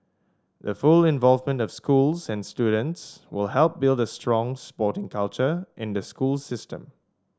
the full involvement of schools and students will help build a strong sporting culture in the school system